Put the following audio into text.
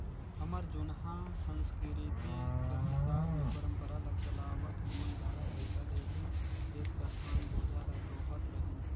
हमर जुनहा संसकिरती कर हिसाब ले परंपरा ल चलावत ओमन गाड़ा बइला ले ही खेत कर धान बोझा ल डोहत रहिन